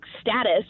status